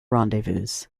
rendezvous